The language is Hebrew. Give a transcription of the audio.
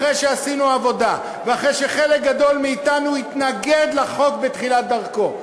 אחרי שעשינו עבודה ואחרי שחלק גדול מאתנו התנגד לחוק בתחילת דרכו,